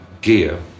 gear